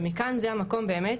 ומכאן זה המקום באמת,